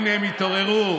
תודה רבה.